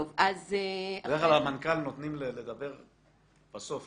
בדרך כלל למנכ"ל נותנים לדבר בסוף,